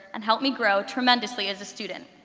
and helped me grow tremendously as a student.